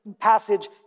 passage